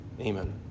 Amen